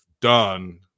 done